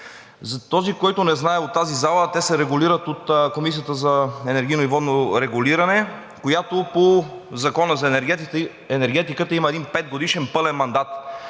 залата, който не знае, те се регулират от Комисията за енергийно и водно регулиране, която по Закона за енергетиката има петгодишен пълен мандат.